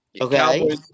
Okay